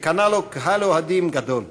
שקנה לו קהל אוהדים גדול.